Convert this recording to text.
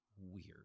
weird